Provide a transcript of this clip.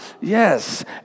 yes